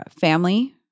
family